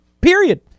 period